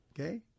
Okay